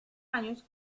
años